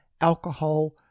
alcohol